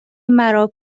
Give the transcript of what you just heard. مرا